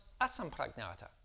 Asampragnata